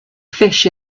fish